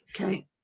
Okay